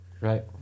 Right